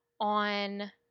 on